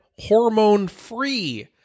hormone-free